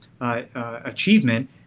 achievement